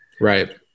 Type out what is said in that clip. Right